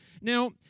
Now